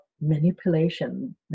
manipulation